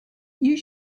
you